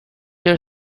your